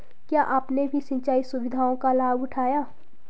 क्या आपने भी सिंचाई सुविधाओं का लाभ उठाया